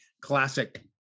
classic